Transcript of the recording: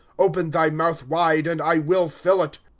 open thy mouth wide, and i will fill it.